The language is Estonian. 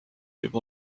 võib